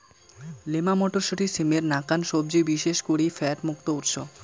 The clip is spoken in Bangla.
লিমা মটরশুঁটি, সিমের নাকান সবজি বিশেষ করি ফ্যাট মুক্ত উৎস